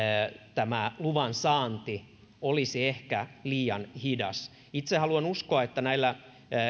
tämä luvan saanti olisi ehkä liian hidasta itse haluan uskoa että näillä